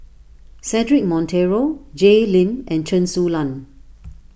Cedric Monteiro Jay Lim and Chen Su Lan